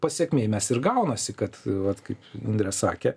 pasekmėj mes ir gaunasi kad vat kaip indrė sakė